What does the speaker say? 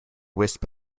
wisp